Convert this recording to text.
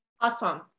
Awesome